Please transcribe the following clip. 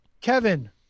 Kevin